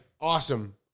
awesome